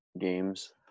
games